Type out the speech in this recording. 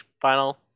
final